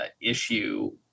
issue